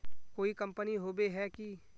कोई कंपनी होबे है की?